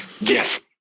Yes